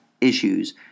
issues